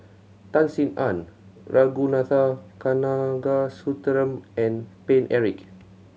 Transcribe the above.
Tan Sin Aun Ragunathar Kanagasuntheram and Paine Eric